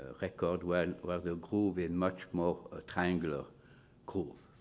record where where the groove is much more ah triangular groove.